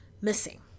missing